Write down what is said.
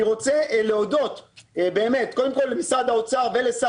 אני רוצה להודות קודם כל למשרד האוצר ולשר